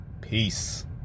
Peace